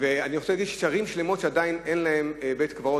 אני רוצה להגיד שיש ערים שלמות שעדיין אין להן בית-קברות,